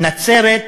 נצרת,